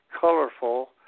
colorful